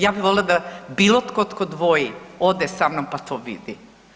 Ja bih voljela da bilo tko tko dvoji ode sa mnom pa to vidi.